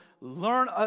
learn